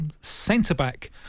centre-back